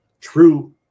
true